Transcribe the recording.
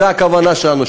זו הכוונה שלנו,